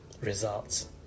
results